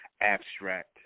abstract